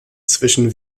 zwischen